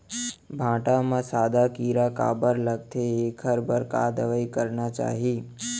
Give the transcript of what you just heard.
भांटा म सादा कीरा काबर लगथे एखर बर का दवई करना चाही?